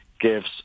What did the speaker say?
gives